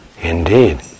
indeed